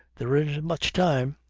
there isn't much time.